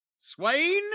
Swain